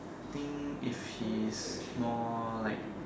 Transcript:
I think if he's more like